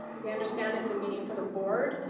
we understand it's a meeting for the board,